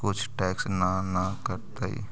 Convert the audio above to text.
कुछ टैक्स ना न कटतइ?